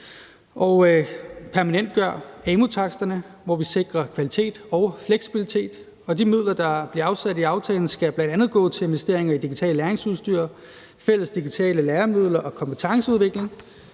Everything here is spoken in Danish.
og permanentgør amu-taksterne, hvor vi sikrer kvalitet og fleksibilitet. De midler, der bliver afsat i aftalen, skal bl.a. gå til investeringer i digitalt læringsudstyr, fælles digitale læremidler og kompetenceudvikling,